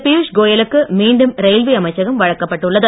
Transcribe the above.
பியூஷ் கோயலுக்கு மீண்டும் ரயில்வே அமைச்சகம் வழங்கப்பட்டுள்ளது